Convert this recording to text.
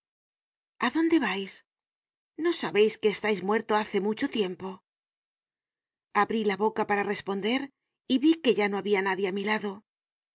a dónde vais no sabeis que estais muerto hace mucho tiempo abrí la boca para responder y vi que ya no habia nadie á mi lado